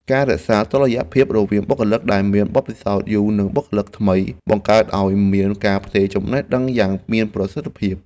ការរក្សាតុល្យភាពរវាងបុគ្គលិកដែលមានបទពិសោធន៍យូរនិងបុគ្គលិកថ្មី បង្កើតឱ្យមានការផ្ទេរចំណេះដឹងយ៉ាងមានប្រសិទ្ធភាព។